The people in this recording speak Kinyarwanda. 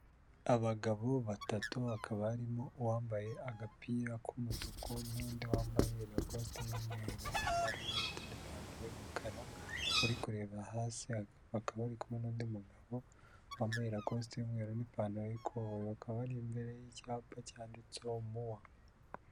Abagabo batatu hakaba harimo uwambaye agapira k'umutuku n'undi wambaye la kosite y'umweru n'amarinete n'ipantaro y'umukara, uri kureba hasi, bakaba bari kumwe n'undi mugabo wambaye la kosite y'umweru n'ipantaro y'ikoboyi. Bakaba bari imbere y'icyapa cyanditseho muwa.